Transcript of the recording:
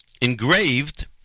engraved